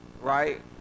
right